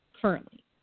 currently